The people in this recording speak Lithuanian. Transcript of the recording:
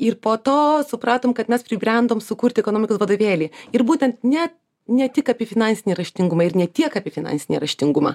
ir po to supratom kad mes pribrendom sukurti ekonomikos vadovėlį ir būtent ne ne tik apie finansinį raštingumą ir ne tiek apie finansinį raštingumą